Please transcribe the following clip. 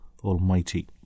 Almighty